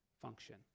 function